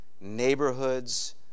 neighborhoods